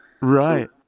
Right